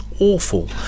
awful